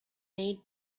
made